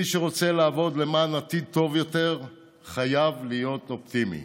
מי שרוצה לעבוד למען עתיד טוב יותר חייב להיות אופטימי.